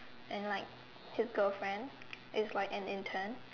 and like his girlfriend is like an intern